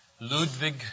Ludwig